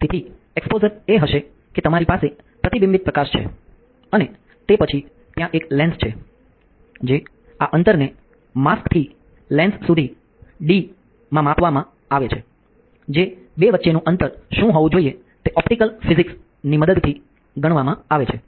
તેથી એક્સપોઝર એ હશે કે તમારી પાસે પ્રતિબિંબિત પ્રકાશ છે અને તે પછી ત્યાં એક લેન્સ છે જે આ અંતરને માસ્કથી લેન્સ સુધી ડી માં માપવામાં આવે છે જે બે વચ્ચેનું અંતર શું હોવું જોઈએ તે ઓપ્ટિકલ ફિઝિક્સની મદદથી ગણવામાં આવે છે